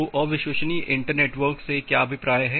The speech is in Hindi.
तो अविश्वसनीय इंटर नेटवर्क से क्या अभिप्राय है